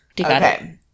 okay